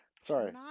Sorry